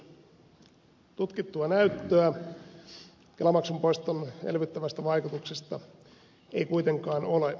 tutkittua näyttöä kelamaksun poiston elvyttävästä vaikutuksesta ei kuitenkaan ole